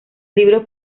libros